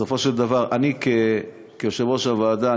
כיושב-ראש הוועדה,